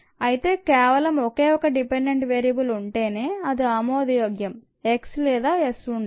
అయితే కేవలం ఒకే ఒక డిపెండెంట్ వేరియబుల్ ఉంటేనే ఇది ఆమోదయోగ్యం x లేదా s ఉండాలి